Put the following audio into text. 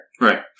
Right